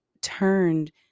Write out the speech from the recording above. turned